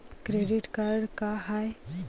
Credit card का हाय?